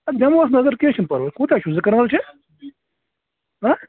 اَدٕ دِمہوس نظر کیٚنٛہہ چھُ نہٕ پَرواے کوٗتاہ چھُ زٕ کنال چھا